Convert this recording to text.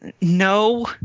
No